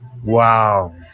Wow